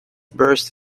burst